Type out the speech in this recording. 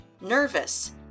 nervous